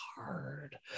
hard